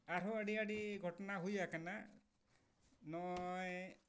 ᱟᱨᱦᱚᱸ ᱟᱹᱰᱤ ᱟᱹᱰᱤ ᱜᱷᱚᱴᱚᱱᱟ ᱦᱩᱭ ᱟᱠᱟᱱᱟ ᱱᱚᱜᱼᱚᱭ